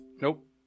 Nope